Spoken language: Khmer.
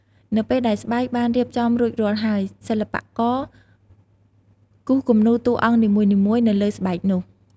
នៅពេលដែលស្បែកបានរៀបចំរួចរាល់ហើយ សិល្បករគូសគំនូរតួអង្គនីមួយៗទៅលើស្បែកនោះ។